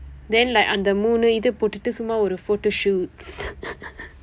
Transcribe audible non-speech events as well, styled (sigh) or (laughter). அந்த மூன்று இது போட்டுட்டு சும்மா ஒரு:andtha muunru ithu potdutdu summaa oru photoshoot (laughs)